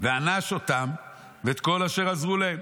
וענש אותם ואת כל אשר עזרו להם.